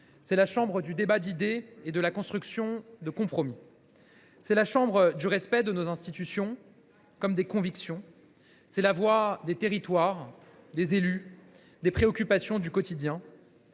C’est la chambre du débat d’idées et de la construction de compromis. C’est la chambre du respect de nos institutions comme des convictions. C’est la voix des territoires, des élus, des préoccupations du quotidien.